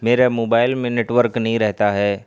میرے موبائل میں network نہیں رہتا ہے